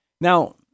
Now